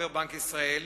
אומר בנק ישראל,